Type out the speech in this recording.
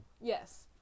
Yes